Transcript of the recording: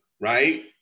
right